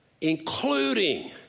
Including